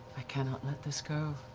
i cannot let this go.